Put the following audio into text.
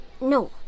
No